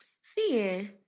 See